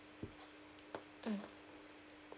mm